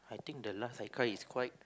think the last I cry is quite